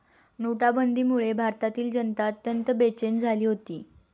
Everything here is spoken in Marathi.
नोटाबंदीमुळे भारतातील जनता अत्यंत बेचैन झाली होती